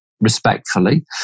respectfully